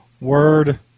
Word